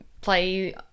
play